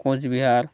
Cooch Behar